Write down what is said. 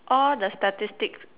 all the statistics